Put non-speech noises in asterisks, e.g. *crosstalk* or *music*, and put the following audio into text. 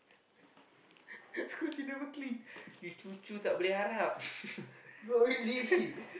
*laughs* cause he never clean you cucu tak boleh harap